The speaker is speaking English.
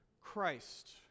Christ